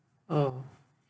oh